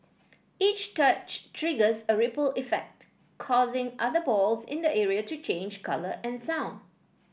each touch triggers a ripple effect causing other balls in the area to change colour and sound